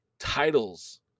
Titles